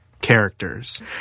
characters